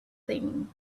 thing